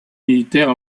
militaire